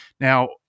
Now